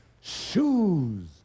Shoes